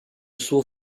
sua